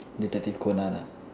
detective Conan ah